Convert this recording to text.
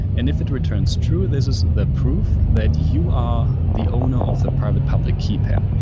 and if it returns true, this is the proof that you are the owner of the private public key pair.